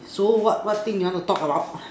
so what what thing you want to talk about